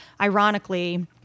ironically